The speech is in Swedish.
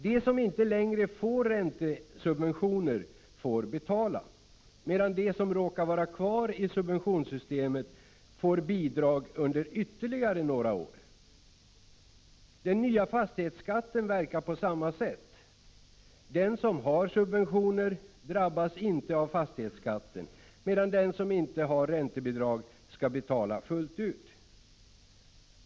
De som inte längre får räntesubventioner får betala, medan de som råkar vara kvar i subventionssystemet får bidrag under ytterligare några år. Den nya fastighetsskatten verkar på samma sätt. Den som har subventioner drabbas inte av fastighetsskatten, medan den som inte har räntebidrag skall betala fullt ut.